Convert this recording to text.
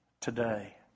today